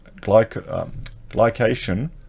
glycation